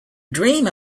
dream